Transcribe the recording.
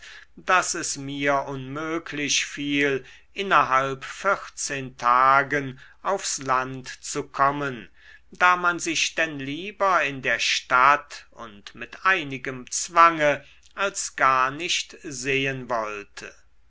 daß es mir unmöglich fiel innerhalb vierzehn tagen aufs land zu kommen da man sich denn lieber in der stadt und mit einigem zwange als gar nicht sehen wollte